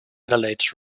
adelaide